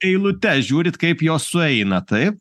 eilutes žiūrit kaip jos sueina taip